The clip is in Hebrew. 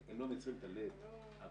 10:40.